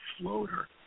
floater